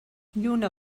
lluna